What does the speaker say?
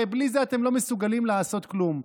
הרי בלי זה אתם לא מסוגלים לעשות כלום.